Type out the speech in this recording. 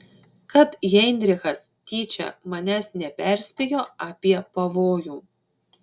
kad heinrichas tyčia manęs neperspėjo apie pavojų